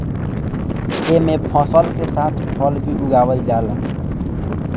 एमे फसल के साथ फल भी उगावल जाला